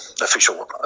official